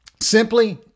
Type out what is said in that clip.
Simply